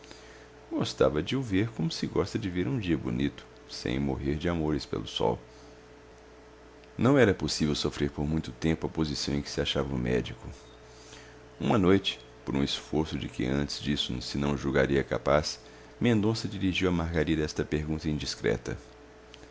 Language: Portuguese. gostava de o ver como se gosta de ver um dia bonito sem morrer de amores pelo sol não era possível sofrer por muito tempo a posição em que se achava o médico uma noite por um esforço de que antes disso se não julgaria capaz mendonça dirigiu a margarida esta pergunta indiscreta